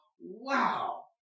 wow